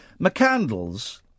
McCandles